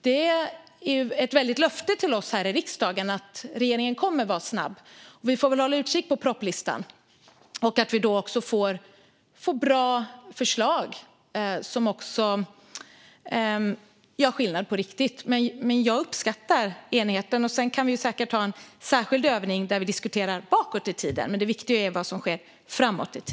Det är ju ett löfte till oss här i riksdagen att regeringen kommer att vara snabb. Vi får väl hålla utkik på propositionslistan och se att vi får bra förslag som gör skillnad på riktigt. Jag uppskattar alltså enigheten. Sedan kan vi säkert ha en särskild övning där vi diskuterar bakåt i tiden. Men det viktiga är ju vad som sker framåt.